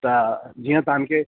त जीअं तव्हांखे